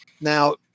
Now